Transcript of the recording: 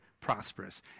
prosperous